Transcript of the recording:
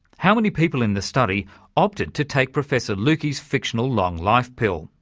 how many people in the study opted to take professor lucke's fictional long life pill,